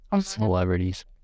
celebrities